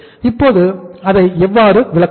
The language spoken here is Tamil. இப்போது அதை எவ்வாறு விளக்குவது